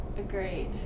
Great